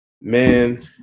Man